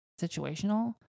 situational